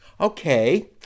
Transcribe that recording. Okay